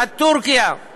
עד טורקיה,